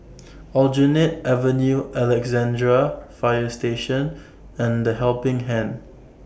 Aljunied Avenue Alexandra Fire Station and The Helping Hand